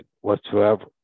whatsoever